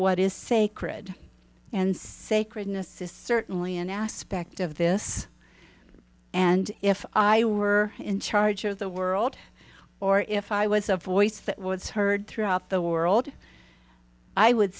what is sacred and sacredness is certainly an aspect of this and if i were in charge of the world or if i was a voice that was heard throughout the world i would